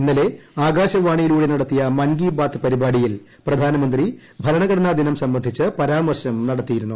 ഇന്നലെ ആകാശവാണിയിലൂടെ നടത്തിയ മൻ കി ബാത് പരിപാടിയിൽ പ്രധാനമന്ത്രി ഭരണഘടനാ ദിനം സംബന്ധിച്ച് പരാമർശം നടത്തിയിരുന്നു